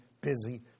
busy